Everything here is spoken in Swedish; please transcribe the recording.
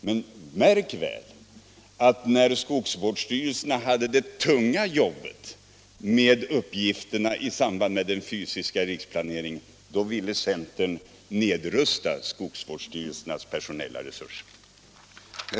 Men märk väl att när skogsvårdsstyrelserna hade det tunga jobbet med uppgifterna i samband med den fysiska riksplaneringen, då ville centern nedrusta skogsvårdsstyrelsernas personella resurser.